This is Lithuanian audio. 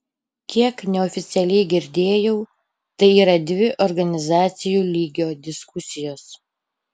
kiek neoficialiai girdėjau tai yra dvi organizacijų lygio diskusijos